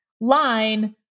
line